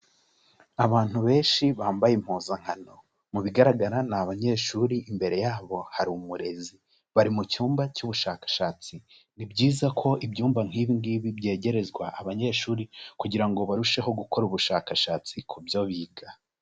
Abantu benshi bambaye impuzankano, mu bigaragara ni abanyeshuri imbere yabo hari umurezi, bari mu cyumba cy'ubushakashatsi, ni byiza ko ibyumba nk'ibi ngibi byegerezwa abanyeshuri kugira ngo barusheho gukora ubushakashatsi ku byo biga.